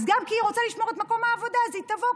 אז גם כי היא רוצה לשמור את מקום העבודה היא תבוא,